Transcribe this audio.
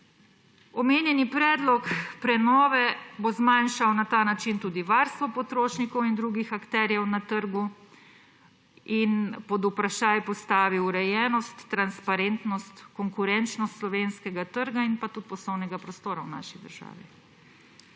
Omenjeni predlog prenove bo zmanjšal na ta način tudi varstvo potrošnikov in drugih akterjev na trgu in pod vprašaj postavil urejenost, transparentnost, konkurenčnost slovenskega trga in poslovnega prostora v naši državi.